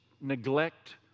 neglect